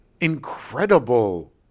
incredible